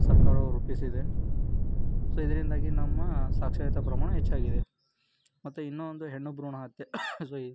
ಸರ್ಕಾರವು ರೂಪಿಸಿದೆ ಸೊ ಇದರಿಂದಾಗಿ ನಮ್ಮ ಸಾಕ್ಷರತೆ ಪ್ರಮಾಣ ಹೆಚ್ಚಾಗಿದೆ ಮತ್ತು ಇನ್ನೊಂದು ಹೆಣ್ಣು ಭ್ರೂಣ ಹತ್ಯೆ ಸೊ ಈ